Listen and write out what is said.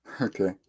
Okay